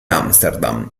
amsterdam